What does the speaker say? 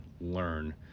learn